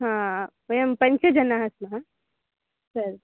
हा वयं पञ्चजनाः स्मः सरि